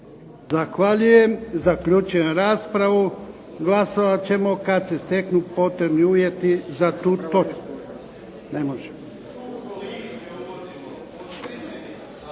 Zahvaljujem. Zaključujem raspravu, glasovat ćemo kada se steknu potrebni uvjeti za tu točku.